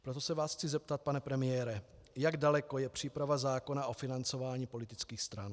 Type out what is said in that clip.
Proto se vás chci zeptat, pane premiére, jak daleko je příprava zákona o financování politických stran.